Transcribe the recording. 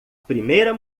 primeira